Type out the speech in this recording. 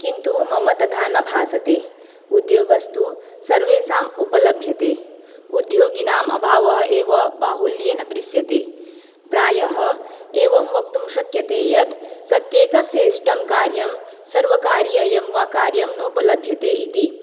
किन्तु मम तथा न भासते उद्योगस्तु सर्वेषाम् उपलभ्यते उद्योगिनाम् अभावः एव बाहुल्येन दृश्यते प्रायः एवं वक्तुं शक्यते यत् प्रत्येकस्य इष्टं कार्यं सर्वकारीयं वा कार्यं नोपलभ्यते इति